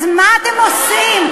אז מה אתם עושים?